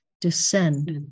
descend